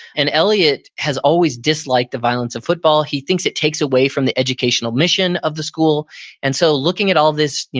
and elliot has always disliked the violence of football. he thinks it takes away from the educational mission of the school and so looking at all this,